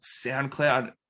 SoundCloud